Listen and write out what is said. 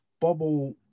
bubble